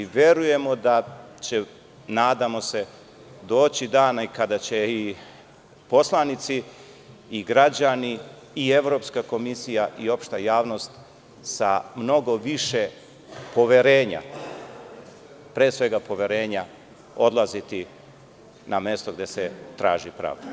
Nadamo se i verujemo doći dan kada će i poslanici i građani i Evropska komisija i opšta javnost sa mnogo više poverenja, pre svega poverenja odlaziti na mesto gde se traži pravda.